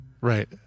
Right